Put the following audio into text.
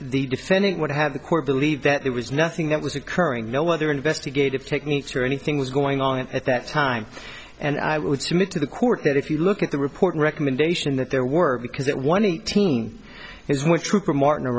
the defendant would have the court believe that there was nothing that was occurring no other investigative techniques or anything was going on at that time and i would submit to the court that if you look at the report recommendation that there were because that one team has more trooper martin